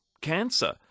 cancer